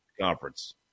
conference